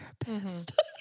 therapist